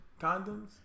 condoms